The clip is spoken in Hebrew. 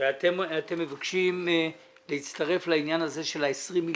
ואתם מבקשים להצטרף לעניין הזה של ה-20 מיליארד.